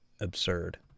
absurd